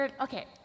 Okay